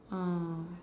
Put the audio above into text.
uh